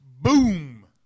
Boom